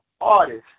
artist